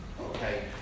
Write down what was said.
okay